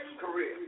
career